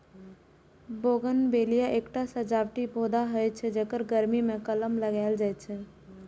bougainvillea एकटा सजावटी पौधा होइ छै, जेकर गर्मी मे कलम लगाएल जाइ छै